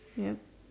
ya